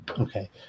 Okay